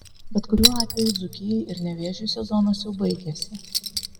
bet kuriuo atveju dzūkijai ir nevėžiui sezonas jau baigėsi